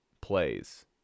plays